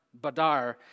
badar